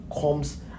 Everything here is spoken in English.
comes